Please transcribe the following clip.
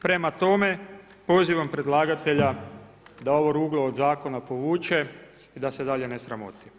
Prema tome, pozivam predlagatelja da ovo ruglo od zakona povuče i da se dalje ne sramoti.